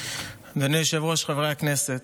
אדוני היושב-ראש, חברי הכנסת,